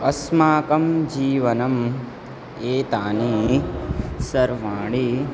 अस्माकं जीवने एतानि सर्वाणि